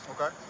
Okay